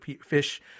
fish